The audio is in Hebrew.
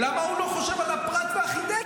למה הוא לא חושב על הפרת והחידקל?